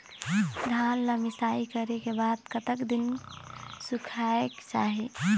धान ला मिसाई करे के बाद कतक दिन सुखायेक चाही?